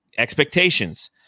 expectations